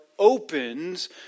opens